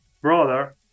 brother